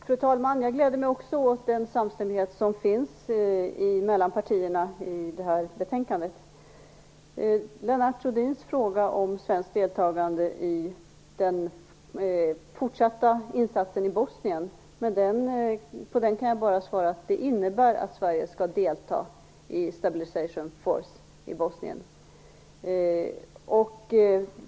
Herr talman! Jag gläder mig också över den samstämmighet som finns mellan partierna i detta betänkande. På Lennart Rohdins fråga om svenskt deltagande vad gäller den fortsatta insatsen i Bosnien kan jag bara svara att det innebär att Sverige skall delta i Stabilization Force i Bosnien.